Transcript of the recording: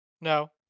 No